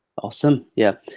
awesome, yeah.